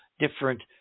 different